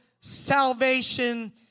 salvation